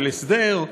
של הסדר.